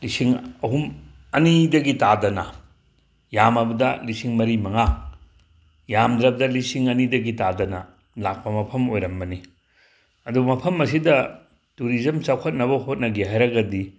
ꯂꯤꯁꯤꯡ ꯑꯍꯨꯝ ꯑꯅꯤꯗꯒꯤ ꯇꯥꯗꯅ ꯌꯥꯝꯃꯕꯗ ꯂꯤꯁꯤꯡ ꯃꯔꯤ ꯃꯉꯥ ꯌꯥꯝꯗ꯭ꯔꯕꯗ ꯂꯤꯁꯤꯡ ꯑꯅꯤꯗꯒꯤ ꯇꯥꯗꯅ ꯂꯥꯀꯄ ꯃꯐꯝ ꯑꯣꯏꯔꯝꯕꯅꯤ ꯑꯗꯣ ꯃꯐꯝ ꯑꯁꯤꯗ ꯇꯨꯔꯤꯖꯝ ꯆꯥꯎꯈꯠꯅꯕ ꯍꯣꯠꯅꯒꯦ ꯍꯥꯏꯔꯒꯗꯤ